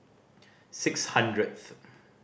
six hundredth